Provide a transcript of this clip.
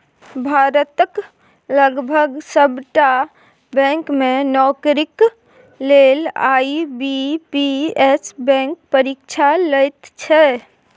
भारतक लगभग सभटा बैंक मे नौकरीक लेल आई.बी.पी.एस बैंक परीक्षा लैत छै